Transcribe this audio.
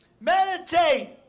Meditate